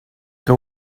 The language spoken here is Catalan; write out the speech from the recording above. que